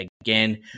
again